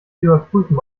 überprüfen